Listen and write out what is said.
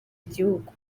igihugu